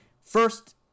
first